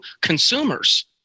consumers